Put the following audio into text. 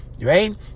Right